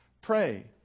Pray